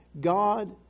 God